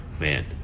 Man